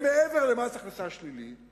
הם מעבר למס הכנסה שלילי.